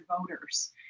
voters